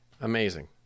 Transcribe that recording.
Amazing